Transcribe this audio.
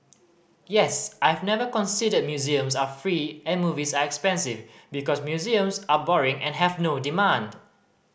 yes I've never considered museums are free and movies are expensive because museums are boring and have no demand